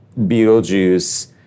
Beetlejuice